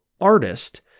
artist